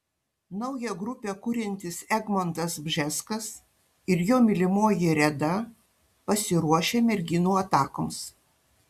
naują grupę kuriantis egmontas bžeskas ir jo mylimoji reda pasiruošę merginų atakoms